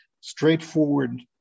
straightforward